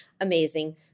amazing